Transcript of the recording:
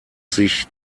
sich